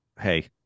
hey